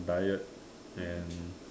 diet and